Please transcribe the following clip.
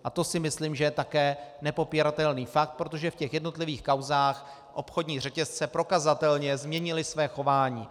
A to si myslím, že je také nepopiratelný fakt, protože v těch jednotlivých kauzách obchodní řetězce prokazatelně změnily své chování.